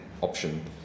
option